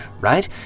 right